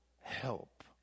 help